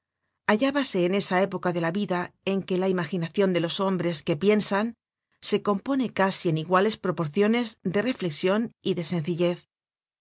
aquilina hallábase en esa época de la vida en que la imaginacion de los hombres que piensan se compone casi en iguales proporciones de reflexion y de sencillez